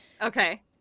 Okay